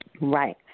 Right